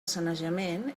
sanejament